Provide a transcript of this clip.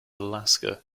alaska